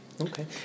Okay